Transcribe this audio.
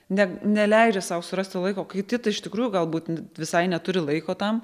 ne neleidžia sau surast to laiko kiti tai iš tikrųjų galbūt visai neturi laiko tam